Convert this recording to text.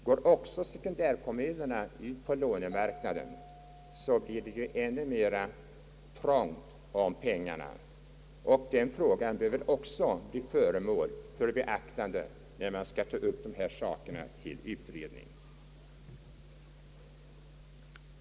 Går också sekundärkommunerna i ökad omfattning ut på lånemarknaden blir det ännu mera trångt om pengarna och den frågan behöver också beaktas när man skall ta upp dessa problem till utredning.